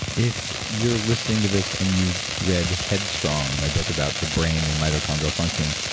if you're listening to this and you've read headstrong, my book about the brain and mitochondrial function,